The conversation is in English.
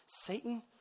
Satan